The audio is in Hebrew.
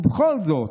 ובכל זאת,